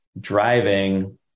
driving